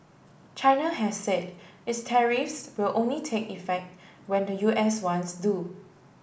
China has said its tariffs will only take effect when the U S ones do